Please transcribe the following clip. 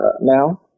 now